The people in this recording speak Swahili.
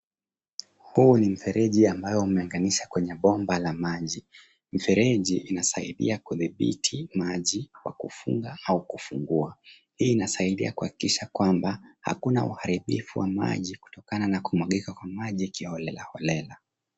Huu ni mfereji ambao umeuganishwa kwenye bomba la maji. Mifereji inasaidia kudhibiti maji kwa kufuga au kufuguwa hii inasaidia kuhakikisha kwamba hakuna uharibifu wa maji kutokana na kumwagika kwa maji kiholelaholela.